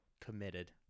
committed